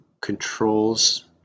controls